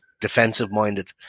defensive-minded